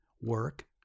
work